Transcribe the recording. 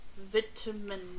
Vitamin